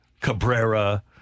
Cabrera